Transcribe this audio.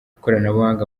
ikoranabuhanga